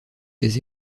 tes